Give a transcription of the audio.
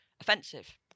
offensive